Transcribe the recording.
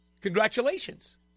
Congratulations